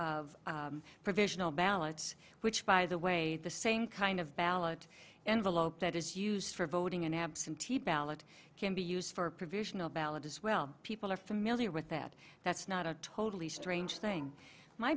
of provisional ballots which by the way the same kind of ballot and the lope that is used for voting in absentee ballot can be used for a provisional ballot as well people are familiar with that that's not a totally strange thing my